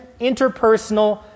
interpersonal